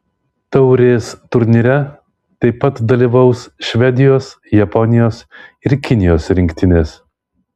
taurės turnyre taip pat dalyvaus švedijos japonijos ir kinijos rinktinės